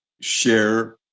share